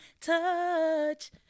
touch